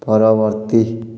ପରବର୍ତ୍ତୀ